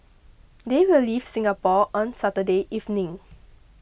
they will leave Singapore on Saturday evening